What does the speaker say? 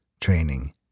training